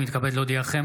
אני מתכבד להודיעכם,